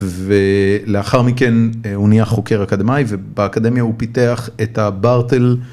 ולאחר מכן הוא נהיה חוקר אקדמי ובאקדמיה הוא פיתח את הברטל.